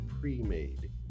pre-made